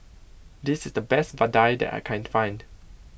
this is the best Vadai that I can find